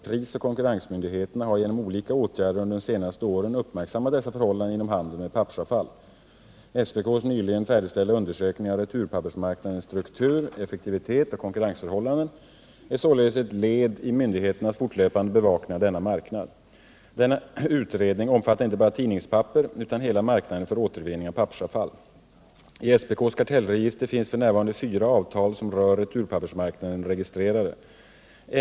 Prisoch konkurrensmyndigheterna har genom olika åtgärder under de senaste åren uppmärksammat dessa förhållanden inom handeln med pappersavfall. SPK:s nyligen färdigställda undersökning av returpappersmarknadens struktur, effektivitet och konkurrensförhållanden är således ett led i myndigheternas fortlöpande bevakning av denna marknad. Denna utredning omfattar inte bara tidningspapper utan hela marknaden för återvinning av pappersavfall. I SPK:s kartellregister finns f. n. fyra avtal som rör returpappersmarknaden registrerade.